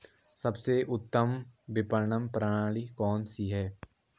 सबसे उत्तम विपणन प्रणाली कौन सी है?